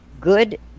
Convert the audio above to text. good